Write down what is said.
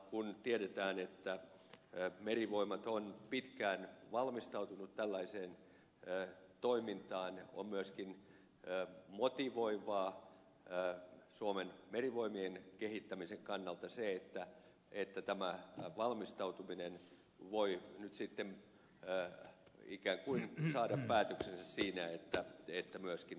kun tiedetään että merivoimat on pitkään valmistautunut tällaiseen toimintaan on myöskin motivoivaa suomen merivoimien kehittämisen kannalta se että tämä valmistautuminen voi nyt sitten ikään kuin saada päätöksensä siinä että myöskin osallistutaan operaatioon